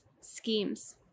schemes